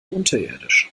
unterirdisch